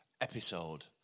episode